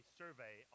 survey